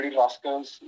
rascals